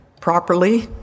properly